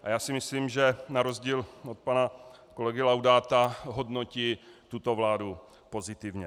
A já si myslím, že na rozdíl od pana kolegy Laudáta, hodnotí tuto vládu pozitivně.